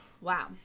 Wow